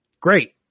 Great